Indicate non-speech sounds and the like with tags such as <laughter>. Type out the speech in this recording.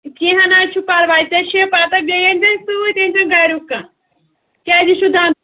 کینٛہہ نہٕ حظ چھُ پَرواے ژےٚ چھِ یہ پَتہٕ بیٚیہِ أنۍ زِ اَسہِ سۭتۍ أنۍزٮ۪ن گَریُک کانٛہہ کیٛازِ یہِ چھُ <unintelligible>